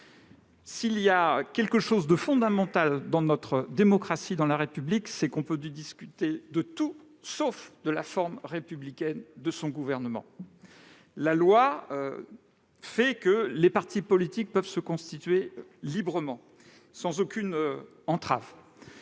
S'il y a quelque chose de fondamental dans notre démocratie, dans la République, c'est que l'on peut y discuter de tout, sauf de la forme républicaine du Gouvernement. Les partis politiques peuvent se constituer librement, sans aucune entrave.